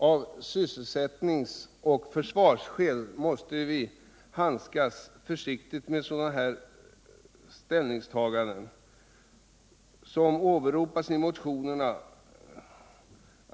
Av sysselsättningsoch försvarsskäl måste vi handskas försiktigt med sådana frågor som tas upp i motionerna.